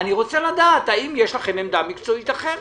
אני רוצה לדעת האם יש לכם עמדה מקצועית אחרת?